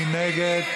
מי נגד?